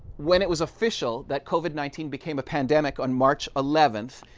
when it was official that covid nineteen became a pandemic on march eleventh,